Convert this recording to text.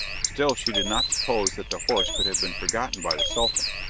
still she did not suppose that the horse could have been forgotten by the sultan,